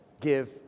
give